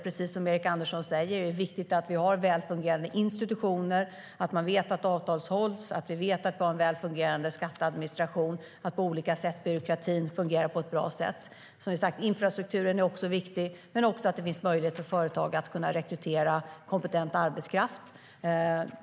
Precis som Erik Andersson säger är det viktigt att det finns väl fungerande institutioner, att avtal hålls, att det finns en väl fungerande skatteadministration och att byråkratin fungerar bra. Infrastrukturen är viktig, och det ska vara möjligt för företag att rekrytera kompetent arbetskraft.